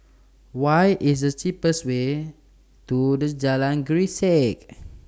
What IS The cheapest Way to This Jalan Grisek